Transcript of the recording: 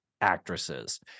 actresses